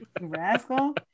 Rascal